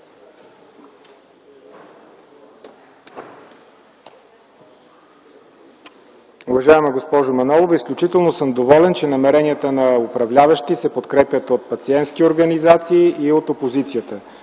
Уважаема госпожо Манолова, изключително съм доволен, че намеренията на управляващите се подкрепят от пациентски организации и от опозицията.